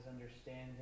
understanding